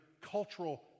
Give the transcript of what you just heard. cultural